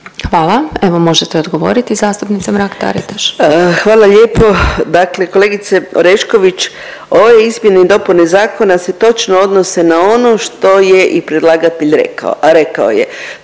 Hvala. Evo možete odgovoriti zastupnice Mrak-Taritaš. **Mrak-Taritaš, Anka (GLAS)** Hvala lijepo. Dakle, kolegice Orešković ove izmjene i dopune zakona se točno odnose na ono što je i predlagatelj rekao, a rekao je